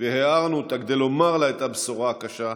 והערנו אותה כדי לומר לה את הבשורה הקשה,